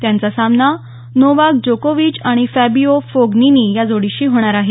त्यांचा सामना नोवाक जोकोविच आणि फॅबिओ फोगिनीनी या जोडीशी होणार आहे